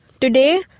today